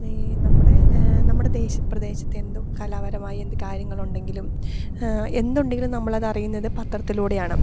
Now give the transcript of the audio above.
ഈ നമ്മുടെ നമ്മുടെ ദേശം പ്രദേശത്ത് എന്തും കലാപരമായി എന്ത് കാര്യങ്ങൾ ഉണ്ടെങ്കിലും എന്ത് ഉണ്ടെങ്കിലും നമ്മൾ അത് അറിയുന്നത് പത്രത്തിലൂടെയാണ്